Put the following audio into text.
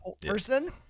person